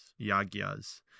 Yagyas